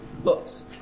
books